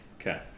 okay